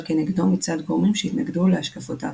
כנגדו מצד גורמים שהתנגדו להשקפותיו.